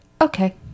okay